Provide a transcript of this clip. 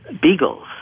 beagles